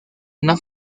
una